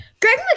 Greg